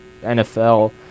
nfl